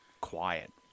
quiet